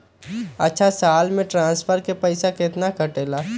अछा साल मे ट्रांसफर के पैसा केतना कटेला?